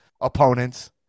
opponents –